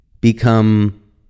become